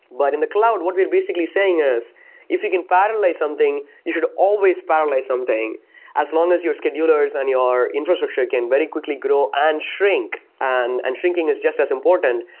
but in the cloud, what we're basically saying is if you can parallelize something, you should always parallelize something as long as your schedulers and your infrastructure can very quickly grow and shrink, and and shrinking as just as important,